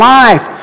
life